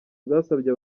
bwasabye